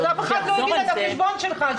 אז אף אחד לא הבין את החשבון שלך.